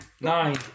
Nine